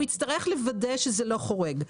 הוא יצטרך לוודא שזה לא חורג .